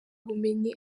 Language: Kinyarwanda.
ubumenyi